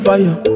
Fire